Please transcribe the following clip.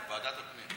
ועדת הפנים.